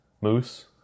moose